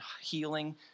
healing